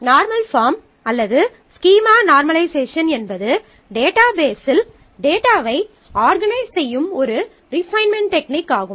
normal form அல்லது schema normalisation என்பது டேட்டாபேஸ்சில் டேட்டாவை ஆர்கனைஸ் செய்யும் ஒரு ரிபைன்மென்ட் டெக்னிக் ஆகும்